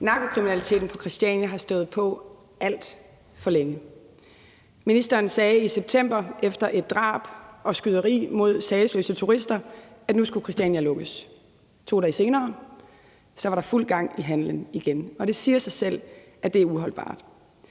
Narkokriminaliteten på Christiania har stået på alt for længe. Ministeren sagde i september efter et drab og skyderi mod sagesløse turister, at nu skulle handelen på Christiania lukkes. 2 dage senere var der fuld gang i handelen igen. Og det siger sig selv, at det er uholdbart.